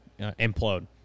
implode